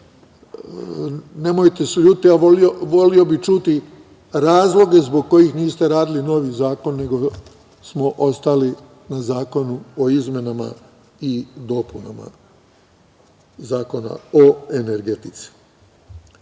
nemojte se ljutiti, voleo bih čuti razloge zbog kojih niste radili novi zakon, nego smo ostali na Zakonu o izmenama i dopunama Zakona o energetici.